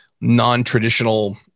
non-traditional